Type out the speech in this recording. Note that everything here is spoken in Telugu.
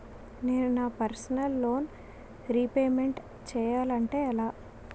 నేను నా పర్సనల్ లోన్ రీపేమెంట్ చేయాలంటే ఎలా?